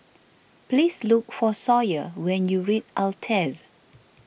please look for Sawyer when you reach Altez